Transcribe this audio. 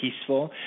peaceful